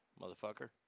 motherfucker